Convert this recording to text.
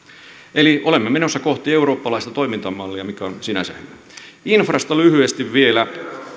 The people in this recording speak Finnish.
eli olemme menossa kohti eurooppalaista toimintamallia infrasta lyhyesti vielä